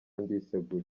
ndiseguye